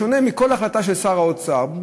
בשונה מכל החלטה של שר האוצר,